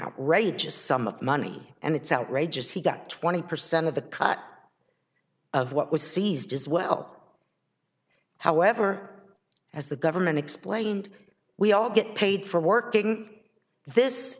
outrageous sum of money and it's outrageous he got twenty percent of the cut of what was seized as well however as the government explained we all get paid for working this